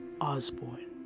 Osborne